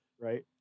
Right